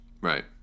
right